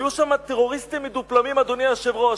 היו שם טרוריסטים מדופלמים, אדוני היושב-ראש.